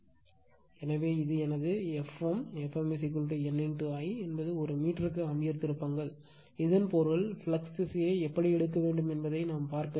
எனவே இது எனது Fm Fm N I என்பது ஒரு மீட்டருக்கு ஆம்பியர் திருப்பங்கள் இதன் பொருள் ஃப்ளக்ஸ் திசையை எப்படி எடுக்க வேண்டும் என்பதைப் பார்க்க வேண்டும்